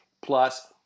plus